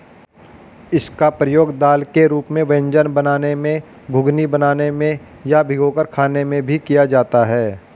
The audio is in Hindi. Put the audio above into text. इसका प्रयोग दाल के रूप में व्यंजन बनाने में, घुघनी बनाने में या भिगोकर खाने में भी किया जाता है